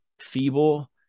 feeble